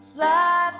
Fly